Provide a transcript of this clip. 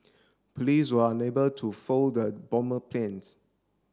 police were unable to fold the bomber plans